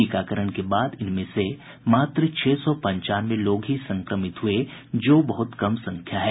टीकाकरण के बाद इनमें से मात्र छह सौ पंचानवे लोग ही संक्रमित हुए जो बहुत कम संख्या है